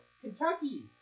Kentucky